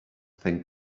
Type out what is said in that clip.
think